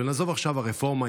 ונעזוב עכשיו את הרפורמה,